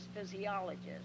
physiologist